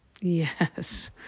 Yes